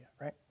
right